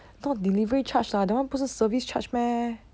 not delivery charge lah that one 不是 service charge meh